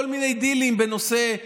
בעד יולי יואל אדלשטיין,